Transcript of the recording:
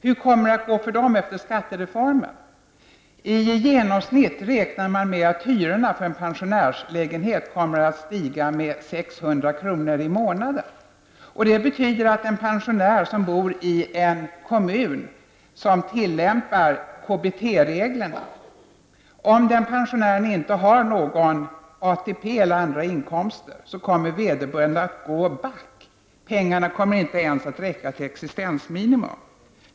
Hur kommer det att gå för dem efter skattereformen? I genomsnitt räknar man med att hyrorna för en pensionärslägenhet kommer att stiga med 600 kr. i månaden. Det betyder att pensionärer som bor i en kommun som tillämpar KBT-reglerna, om den pensionären inte har någon ATP eller andra inkomster, så kommer vederbörande att gå back. Pengarna kommer inte ens att räcka till existensminimum.